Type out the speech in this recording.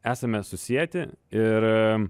esame susieti ir